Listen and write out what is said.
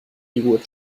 joghurt